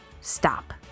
stop